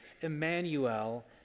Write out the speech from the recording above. Emmanuel